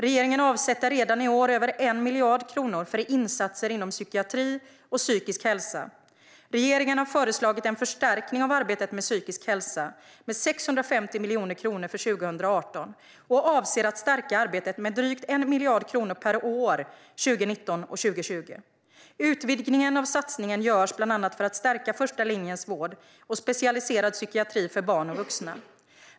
Regeringen avsätter redan i år över 1 miljard kronor för insatser inom psykiatri och psykisk hälsa. Regeringen har föreslagit en förstärkning av arbetet med psykisk hälsa med 650 miljoner kronor för 2018 och avser att stärka arbetet med drygt 1 miljard kronor per år 2019 och 2020. Utvidgningen av satsningen görs bland annat för att stärka första linjens vård och specialiserad psykiatri för barn och vuxna.